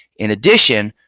in addition,